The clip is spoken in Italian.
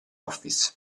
office